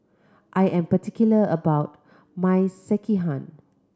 I am particular about my Sekihan